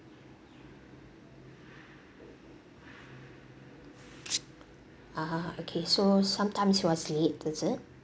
(uh huh) ah okay so sometimes he was late is it